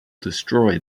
destroy